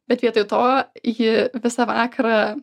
bet vietoj to ji visą vakarą